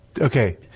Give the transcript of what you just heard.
okay